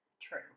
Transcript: True